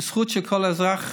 בזכות של כל אזרח